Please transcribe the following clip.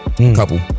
Couple